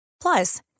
Plus